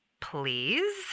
please